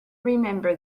remember